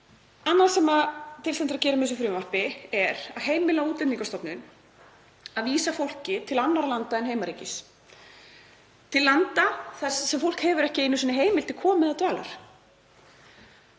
Annað sem til stendur að gera með þessu frumvarpi er að heimila Útlendingastofnun að vísa fólki til annarra landa en heimaríkis, til landa þar sem fólk hefur ekki einu sinni heimild til komu eða dvalar.